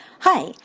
Hi